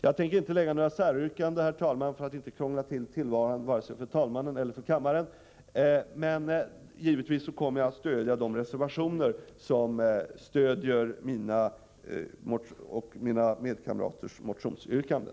Jag tänker inte ställa något säryrkande, för att inte krångla till tillvaron vare sig för talmannen eller för kammaren, men givetvis kommer jag att stödja de reservationer som stöder mina och mina kamraters motionsyrkanden.